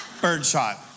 Birdshot